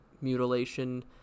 mutilation